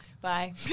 Bye